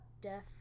death